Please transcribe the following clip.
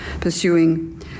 pursuing